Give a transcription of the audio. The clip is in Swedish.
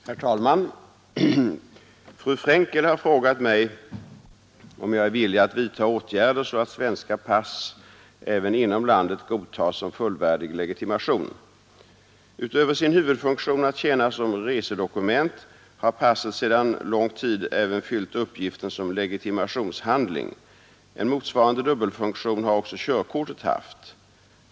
Herr talman! Fru Frenkel har frågat mig, om jag är villig att vidta åtgärder så att svenska pass även inom landet godtas som fullvärdig legitimation. Utöver sin huvudfunktion att tjäna som resedokument har passet sedan lång tid även fyllt uppgiften som legitimationshandling. En motsvarande dubbelfunktion har också körkortet haft.